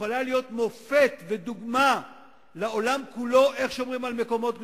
יכולה להיות מופת ודוגמה לעולם כולו איך שומרים על מקומות קדושים.